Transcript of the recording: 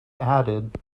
added